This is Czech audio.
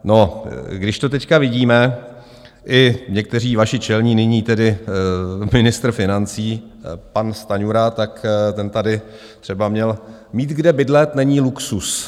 No, když to teď vidíme, i někteří vaši čelní, nyní tedy ministr financí pan Stanjura, tak ten tady třeba měl: Mít kde bydlet není luxus.